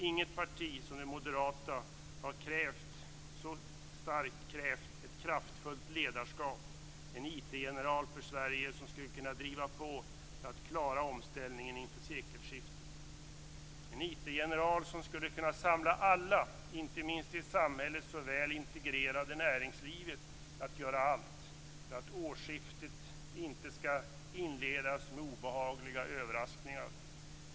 Inget parti har som det Moderata samlingspartiet har så starkt krävt ett kraftfullt ledarskap, en IT-general för Sverige, som skulle kunna driva på för att klara omställningen inför sekelskiftet. En IT-general skulle kunna samla alla, inte minst det i samhället så väl integrerade näringslivet, för att göra allt för att årsskiftet inte skall inledas med obehagliga överraskningar.